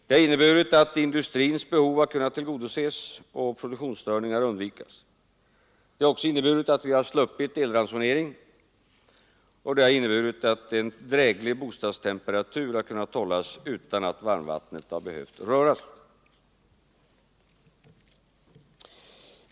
Det har inneburit att industrins behov har kunnat tillgodoses och produktionsstörningar undvikas, vi har sluppit elransonering, och en dräglig bostadstemperatur har kunnat hållas utan att varmvattnet behövt röras.